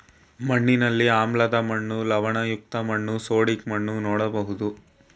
ಮಣ್ಣಿನಲ್ಲಿ ಆಮ್ಲದ ಮಣ್ಣು, ಲವಣಯುಕ್ತ ಮಣ್ಣು, ಸೋಡಿಕ್ ಮಣ್ಣು ನೋಡ್ಬೋದು